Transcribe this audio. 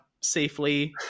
safely